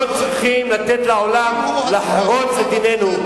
לא צריכים לתת לעולם לחרוץ את דיננו,